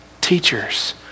Teachers